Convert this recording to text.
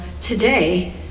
today